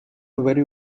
very